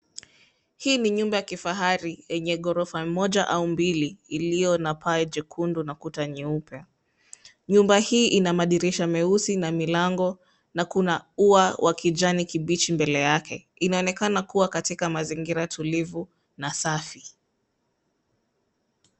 Hii ni nyumba ya kifahari yenye ghorofa moja au mbili iliyo na paa jekundu na kuta nyeupe. Nyumba hii ina madirisha meusi na milango na kuna ua wa kijani kibichi mbele yake. Inaonekana kuwa katika mazingira tulivu na safi.